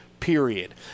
period